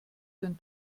den